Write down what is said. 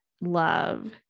love